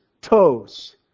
toes